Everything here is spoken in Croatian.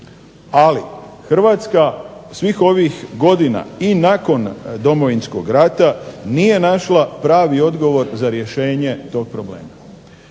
Ali Hrvatska svih ovih godina i nakon Domovinskog rata nije našla pravi odgovor za rješenje tog problema.